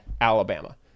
Alabama